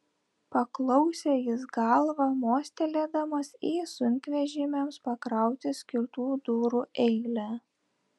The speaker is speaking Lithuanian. paklausė jis galva mostelėdamas į sunkvežimiams pakrauti skirtų durų eilę